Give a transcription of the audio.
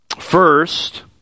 First